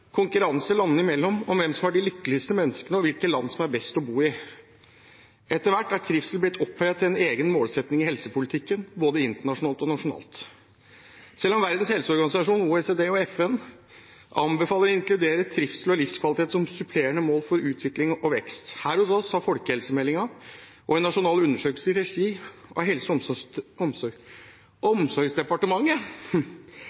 landene imellom om hvem som har de lykkeligste menneskene, og hvilke land som er best å bo i. Etter hvert er trivsel blitt hevet opp til en egen målsetting i helsepolitikken både internasjonalt og nasjonalt, selv om Verdens helseorganisasjon, OECD og FN anbefaler å inkludere trivsel og livskvalitet som supplerende mål for utvikling og vekst. Her hos oss har folkehelsemeldingen og en nasjonal undersøkelse i regi av Helse- og